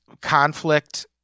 conflict